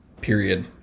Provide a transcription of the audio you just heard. period